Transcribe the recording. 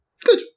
Good